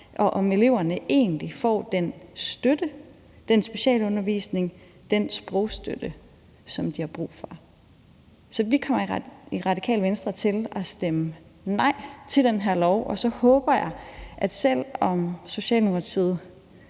og om eleverne egentlig får den støtte, den specialundervisning og den sprogstøtte, som de har brug for. Så vi kommer i Radikale Venstre til at stemme nej til det her lovforslag, og så håber jeg, at selv om Socialdemokratiet